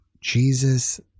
Jesus